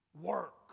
work